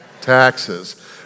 Taxes